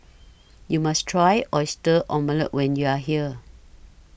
YOU must Try Oyster Omelette when YOU Are here